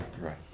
right